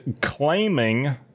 claiming